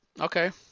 Okay